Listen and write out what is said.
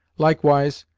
likewise,